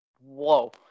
whoa